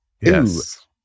Yes